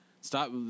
Stop